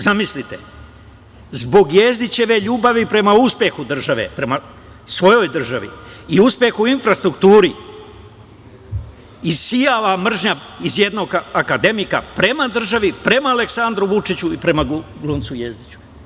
Zamislite, zbog Jezdićeve ljubavi prema uspehu države, prema svojoj državi i uspehu u infrastrukturi isijava mržnja iz jednog akademika prema državi, prema Aleksandru Vučiću i prema glumcu Jezdiću.